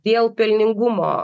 dėl pelningumo